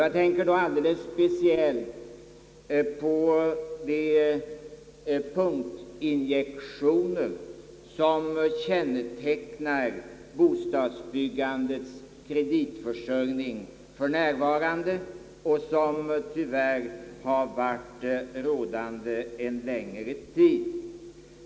Jag tänker då alldeles speciellt på de punktinjektioner som tyvärr kännetecknat bostadsbyggandets kreditförsörjning under en längre tid.